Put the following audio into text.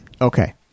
Okay